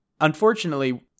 Unfortunately